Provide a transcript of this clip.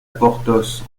porthos